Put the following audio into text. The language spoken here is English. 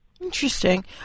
Interesting